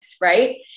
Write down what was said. right